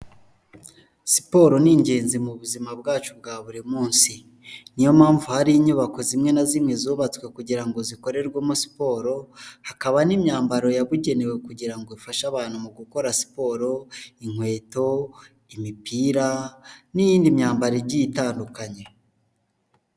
Siporo ni ingenzi mu buzima bwacu bwa buri munsi, niyo mpamvu hari inyubako zimwe na zimwe zubatswe kugira ngo zikorerwemo siporo, hakaba n'imyambaro yabugenewe kugira ngo ifashe abantu mu gukora siporo, inkweto, imipira, n'iyindi myambaro igiye itandukanye.